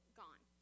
gone